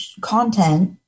content